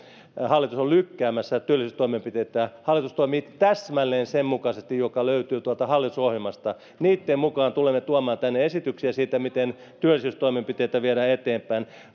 hallitus on lykkäämässä työllisyystoimenpiteitä hallitus toimii täsmälleen sen mukaisesti mitä löytyy hallitusohjelmasta sen mukaan tulemme tuomaan tänne esityksiä siitä miten työllisyystoimenpiteitä viedään eteenpäin